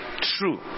true